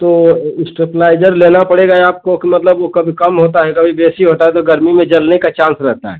तो स्टेब्लाइज़र लेना पड़ेगा आपको कि मतलब वो कभी कम होता है कभी बेसी होता है तो गर्मी में जलने का चान्स रहता है